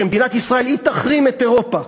שמדינת ישראל היא תחרים את אירופה.